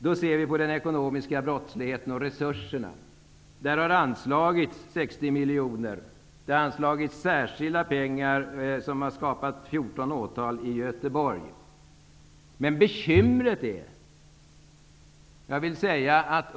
Det har anslagits 60 miljoner till bekämpandet av den ekonomiska brottsligheten. Det har har anslagits särskilda pengar, vilket har lett till att 14 åtal har kunnat väckas i Göteborg.